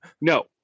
No